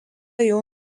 jau